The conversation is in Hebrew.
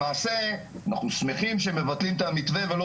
למעשה אנחנו שמחים שמבטלים את המתווה ולא